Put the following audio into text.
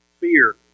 fear